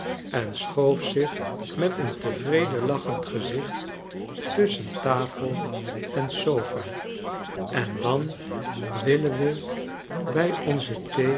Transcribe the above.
en schoof zich met een tevreden lachend gezicht tusschen tafel en sopha en dan willen we bij onze